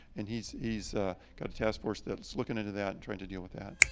and he's he's got a task force that's looking into that, and trying to deal with that.